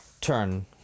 turn